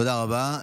תודה רבה.